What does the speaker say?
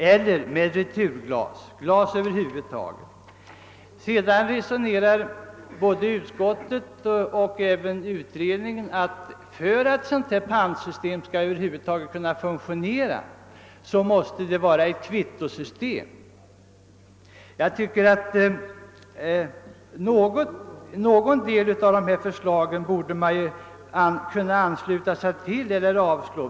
För att ett pantsystem över huvud taget skall fungera anser utskottet och ut redningen att det måste kombineras med ett kvittosystem. Något av förslagen borde man kunna ansluta sig till.